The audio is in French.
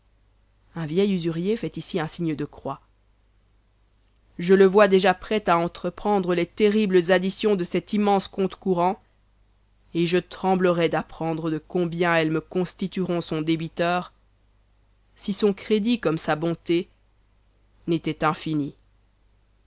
je le vois déjà prêt à entreprendre les terribles additions de cet immense compte courant et je tremblerais d'apprendre de combien elles me constitueront son débiteur si son crédit comme sa bonté n'étaient